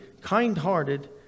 kind-hearted